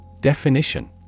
Definition